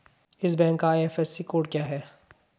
इस बैंक का IFSC code क्या है?